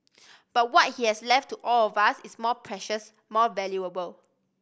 but what he has left to all of us is more precious more valuable